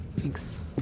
Thanks